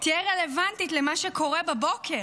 תהיה רלוונטית למה שקורה בבוקר.